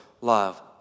love